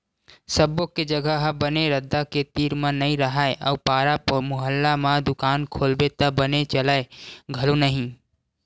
सब्बो के जघा ह बने रद्दा के तीर म नइ राहय अउ पारा मुहल्ला म दुकान खोलबे त बने चलय घलो नहि